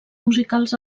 musicals